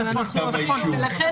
יש לך מעגל קסמים שמאוד קשה --- ולכן